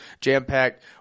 jam-packed